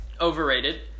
overrated